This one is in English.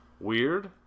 weird